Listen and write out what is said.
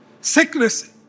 Sickness